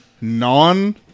non